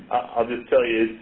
i'll just tell you,